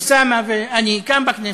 אוסאמה ואני, כאן בכנסת.